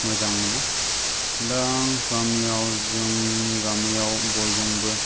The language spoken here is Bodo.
मोजां मोनो दा आं गामियाव जोंनि गामियाव बयजोंबो